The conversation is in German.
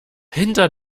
hinter